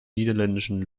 niederländischen